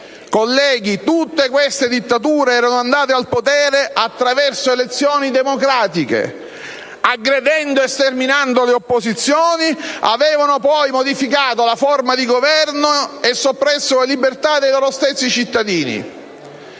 comune ed evidente: tutte erano andate al potere attraverso elezioni democratiche e, aggredendo e sterminando le opposizioni, avevano poi modificato la forma di Governo e soppresso le libertà dei loro stessi cittadini.